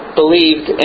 believed